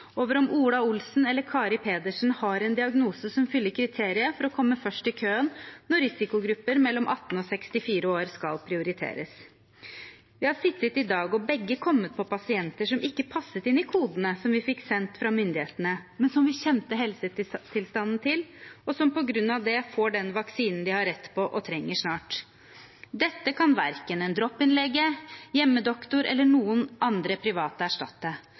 over om "Ola Olsen" eller "Kari Pedersen" har en diagnose som fyller kriteriet for å komme først i køen når risikogrupper mellom 18-64 år skal prioriteres.» Og videre: «Vi har sittet i dag og begge kommet på pasienter som ikke passet inn i kodene som vi fikk sendt fra myndighetene, men som vi kjente helsetilstanden til, og som på grunn av det, får den vaksinen de har rett på og trenger snart. Dette kan verken en dropin-lege, hjemme-doktor eller noen andre private